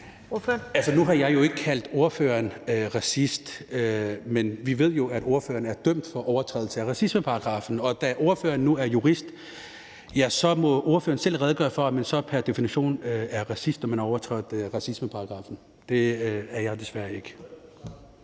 nu har jeg jo ikke kaldt ordføreren racist, men vi ved jo, at ordføreren er dømt for overtrædelse af racismeparagraffen, og da ordføreren nu er jurist, ja, så må ordføreren selv redegøre for, at man så pr. definition er racist, når man har overtrådt racismeparagraffen. Det er jeg desværre ikke.